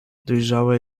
dojrzałe